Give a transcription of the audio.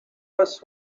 was